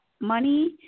money